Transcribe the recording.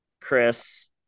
Chris